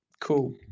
Cool